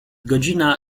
godzina